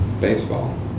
Baseball